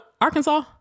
Arkansas